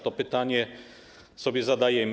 To pytanie sobie zadajemy.